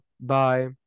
Bye